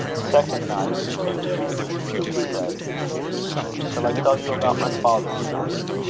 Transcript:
second night, she came to euphra's room, and said shall i tell you about my father to-night?